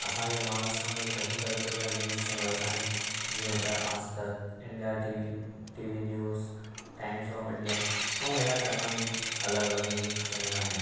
असां जे महाराष्ट्र में कई तरीक़े जा न्यूज़ चैनलस आहिनि जीअं त Aaj Tak India T V T V news times of India ऐं अहिड़ा चंङा ई अलॻि अलॻि न्यूज़ चैनल आहिनि